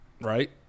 right